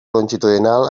longitudinal